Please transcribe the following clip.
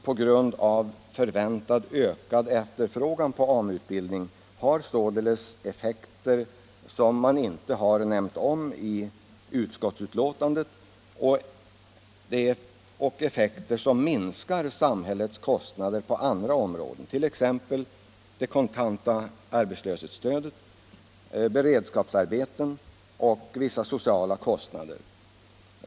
På grund av förväntad ökande efterfrågan på AMU-utbildning har således majoritetens motiv effekter som man inte har omnämnt i utskottsbetänkandet och som minskar samhällets kostnader på andra områden, t.ex. det kontanta arbetslöshetsstödet, beredskapsarbeten och vissa sociala kostnader.